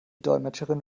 dolmetscherin